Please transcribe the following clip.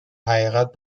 حقیقت